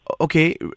Okay